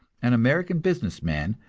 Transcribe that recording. an american business man,